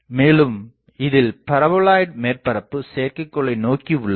மேலும் இதில் பரபோலாய்ட் மேற்பரப்பு செயற்கைக்கோளை நோக்கி உள்ளது